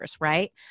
right